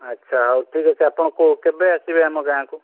ଆଚ୍ଛା ହଉ ଠିକ୍ ଅଛି ଆପଣ କେଉଁ କେବେ ଆସିବେ ଆମ ଗାଁକୁ